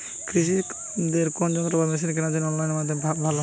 কৃষিদের কোন যন্ত্র বা মেশিন কেনার জন্য অনলাইন মাধ্যম কি ভালো?